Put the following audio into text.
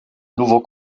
nouveau